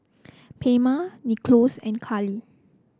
Palma Nicklaus and Kali